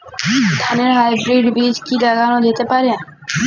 ধানের হাইব্রীড বীজ কি লাগানো যেতে পারে?